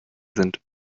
sind